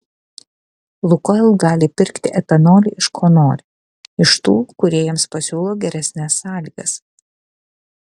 lukoil gali pirkti etanolį iš ko nori iš tų kurie jiems pasiūlo geresnes sąlygas